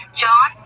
john